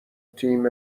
تیم